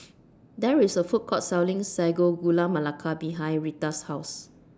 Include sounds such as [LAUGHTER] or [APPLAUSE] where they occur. [NOISE] There IS A Food Court Selling Sago Gula Melaka behind Rheta's House